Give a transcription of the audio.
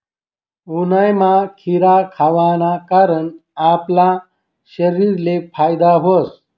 उन्हायामा खीरा खावाना कारण आपला शरीरले फायदा व्हस